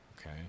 okay